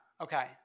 Okay